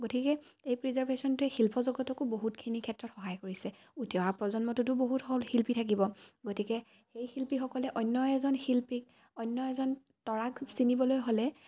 গতিকে এই প্ৰিজাৰ্ভেশ্যনটোৱে শিল্পজগতকো বহুতখিনি ক্ষেত্ৰত সহায় কৰিছে উঠি অহা প্ৰজন্মটোতো বহুত হ'ল শিল্পী থাকিব গতিকে সেই শিল্পীসকলে অন্য এজন শিল্পীক অন্য এজন তৰাক চিনিবলৈ হ'লে